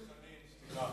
חבר הכנסת חנין, סליחה.